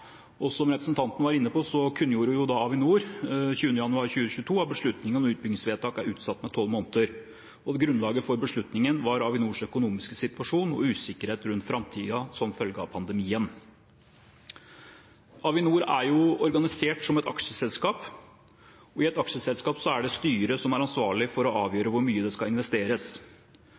Som representanten var inne på, kunngjorde Avinor den 20. januar 2022 at beslutningen om utbyggingsvedtak er utsatt med 12 måneder. Grunnlaget for beslutningen var Avinors økonomiske situasjon og usikkerhet rundt framtiden som følge av pandemien. Avinor er organisert som et aksjeselskap, og i et aksjeselskap er det styret som er ansvarlig for å avgjøre hvor mye det skal investeres.